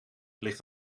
ligt